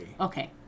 Okay